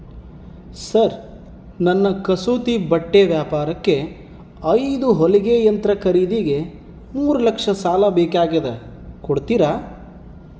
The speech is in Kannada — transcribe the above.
ಸರ್ ನನ್ನ ಕಸೂತಿ ಬಟ್ಟೆ ವ್ಯಾಪಾರಕ್ಕೆ ಐದು ಹೊಲಿಗೆ ಯಂತ್ರ ಖರೇದಿಗೆ ಮೂರು ಲಕ್ಷ ಸಾಲ ಬೇಕಾಗ್ಯದ ಕೊಡುತ್ತೇರಾ?